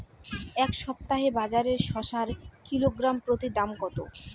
এই সপ্তাহে বাজারে শসার কিলোগ্রাম প্রতি দাম কত?